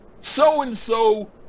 so-and-so